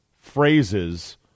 phrases